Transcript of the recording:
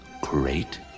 great